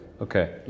Okay